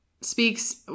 speaks